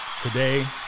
Today